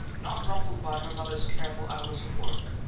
not rumpled by her mother's careful hours of work,